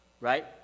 right